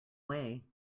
way